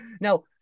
now